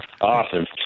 Awesome